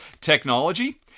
technology